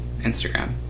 Instagram